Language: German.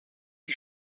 die